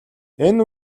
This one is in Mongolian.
энэ